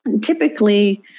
typically